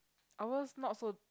ours not so